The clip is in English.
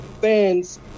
fans